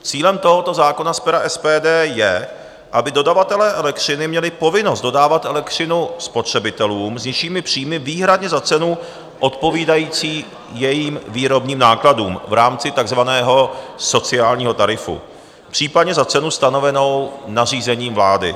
Cílem tohoto zákona z pera SPD je, aby dodavatelé elektřiny měli povinnost dodávat elektřinu spotřebitelům s nižšími příjmy výhradně za cenu odpovídající jejím výrobním nákladům v rámci takzvaného sociálního tarifu, případně za cenu stanovenou nařízením vlády.